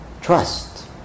Trust